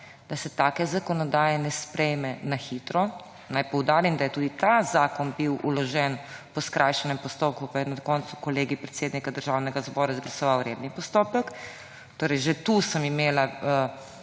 da se taka zakonodaja ne sprejme na hitro. Naj poudarim, da je bil tudi ta zakon vložen po skrajšanem postopku, pa je na koncu Kolegij predsednika Državnega zbora izglasoval redni postopek. Že tukaj sem imela